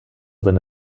seine